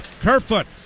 Kerfoot